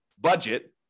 budget